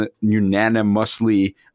unanimously